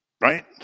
Right